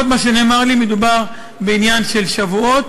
לפחות ממה שנאמר לי, מדובר בעניין של שבועות.